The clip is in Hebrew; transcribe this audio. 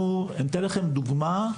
אני אתן לכם דוגמה.